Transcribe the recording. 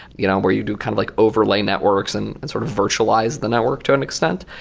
you know where you do kind of like overlaying networks and and sort of virtualize the network to an extent,